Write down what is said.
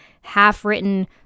half-written